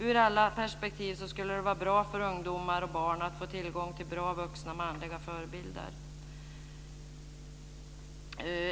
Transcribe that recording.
Från alla perspektiv skulle det vara bra för ungdomar och barn att få tillgång till bra vuxna manliga förebilder.